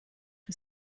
for